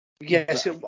Yes